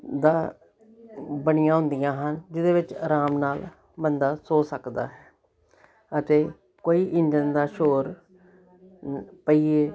ਦਾ ਬਣੀਆਂ ਹੁੰਦੀਆਂ ਹਨ ਜਿਹਦੇ ਵਿੱਚ ਆਰਾਮ ਨਾਲ ਬੰਦਾ ਸੌ ਸਕਦਾ ਅਤੇ ਕੋਈ ਇੰਜਨ ਦਾ ਸ਼ੌਰ ਪਹੀਏ